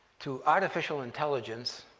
to artificial intelligence